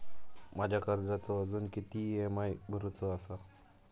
माझ्या कर्जाचो अजून किती ई.एम.आय भरूचो असा?